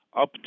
up